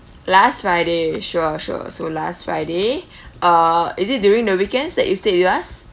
last friday sure sure so last friday uh is it during the weekends that you stayed with us